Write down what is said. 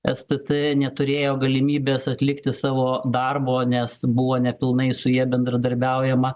stt neturėjo galimybės atlikti savo darbo nes buvo nepilnai su ja bendradarbiaujama